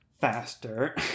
faster